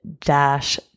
dash